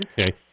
Okay